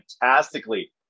fantastically